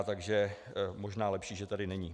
Takže možná lepší, že tady není.